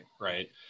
Right